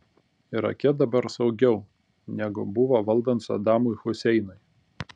irake dabar saugiau negu buvo valdant sadamui huseinui